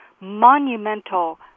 monumental